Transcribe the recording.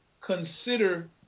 consider